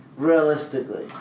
Realistically